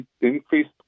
increased